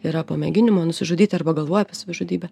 yra po mėginimo nusižudyti arba galvoja apie savižudybę